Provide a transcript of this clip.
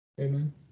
Amen